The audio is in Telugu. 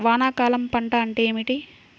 వానాకాలం పంట అంటే ఏమిటి?